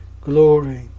glory